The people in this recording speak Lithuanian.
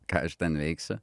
ką aš ten veiksiu